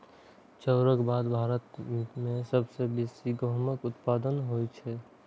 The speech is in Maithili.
चाउरक बाद भारत मे सबसं बेसी गहूमक उत्पादन होइ छै